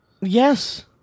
Yes